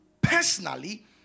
personally